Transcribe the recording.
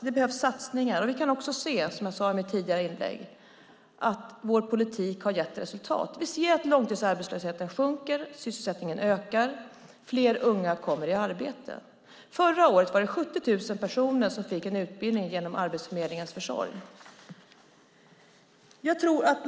Det behövs satsningar och som jag sade i mitt tidigare inlägg kan vi också se att vår politik har gett resultat. Vi ser att långtidsarbetslösheten sjunker, att sysselsättningen ökar och att fler unga kommer i arbete. Förra året var det 70 000 personer som fick en utbildning genom Arbetsförmedlingens försorg.